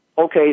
okay